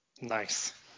nice